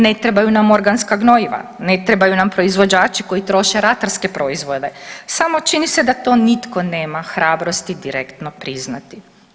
Ne trebaju nam organska gnojiva, ne trebaju nam proizvođači koji troše ratarske proizvode, samo čini se da to nitko nema hrabrosti direktno priznati.